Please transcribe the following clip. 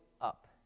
up